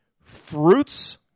fruits